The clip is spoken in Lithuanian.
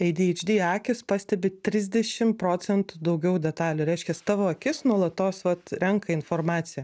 adhd akys pastebi trisdešim procentų daugiau detalių reiškias tavo akis nuolatos vat renka informaciją